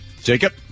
Jacob